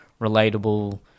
relatable